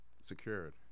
secured